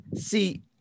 See